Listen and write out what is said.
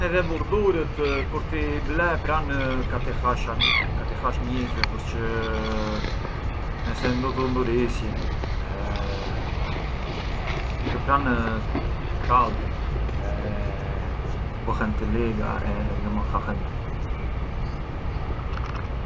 Edhe vurdurët kur i ble ka t’i hash njize përçë ngë se ndutu ndurisjën, përçë pran kalben e buhen të liga e ngë mënd hahen më.